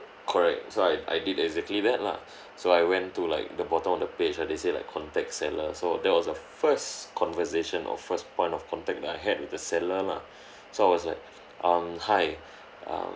correct so I I did exactly that lah so I went to like the bottom of the page where they say like contact seller so that was the first conversation or first point of contact that I had with the seller lah so I was like um hi err